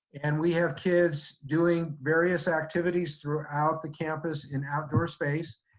and we have kids doing various activities throughout the campus in outdoor space,